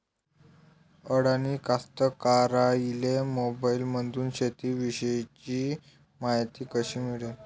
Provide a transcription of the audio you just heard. अडानी कास्तकाराइले मोबाईलमंदून शेती इषयीची मायती कशी मिळन?